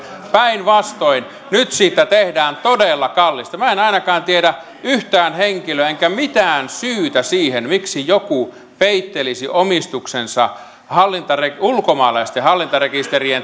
päinvastoin nyt siitä tehdään todella kallista minä en ainakaan tiedä yhtään henkilöä enkä mitään syytä siihen miksi joku peittelisi omistuksensa ulkomaalaisten hallintarekisterien